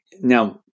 now